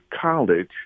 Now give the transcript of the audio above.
college